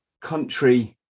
country